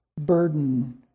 burden